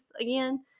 again